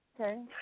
Okay